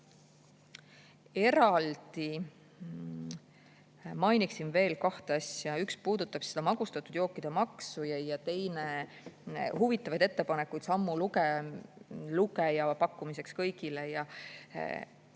Eraldi mainiksin veel kahte asja. Üks puudutab seda magustatud jookide maksu ja teine huvitavaid ettepanekuid sammulugeja pakkumiseks kõigile.